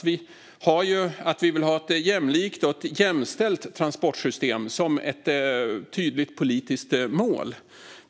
Vi vill ha ett jämlikt och jämställt transportsystem som ett tydligt politiskt mål.